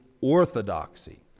orthodoxy